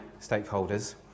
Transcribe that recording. stakeholders